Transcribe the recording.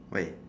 wait